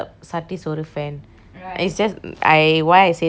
it's just I why I say that because I never try eating like that